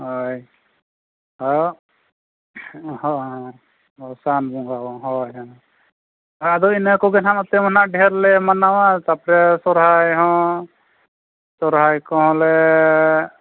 ᱦᱳᱭ ᱦᱮᱸ ᱦᱮᱸ ᱥᱟᱱ ᱵᱚᱸᱜᱟ ᱦᱳᱭ ᱦᱳᱭ ᱟᱫᱚ ᱤᱱᱟᱹ ᱠᱚᱜᱮ ᱦᱟᱸᱜ ᱮᱱᱛᱮᱫ ᱚᱱᱟ ᱰᱷᱮᱨᱞᱮ ᱢᱟᱱᱟᱣᱟ ᱛᱟᱨᱯᱚᱨᱮ ᱥᱚᱨᱦᱟᱭ ᱦᱚᱸ ᱥᱚᱦᱨᱟᱭ ᱠᱚᱦᱚᱸᱞᱮ